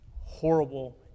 horrible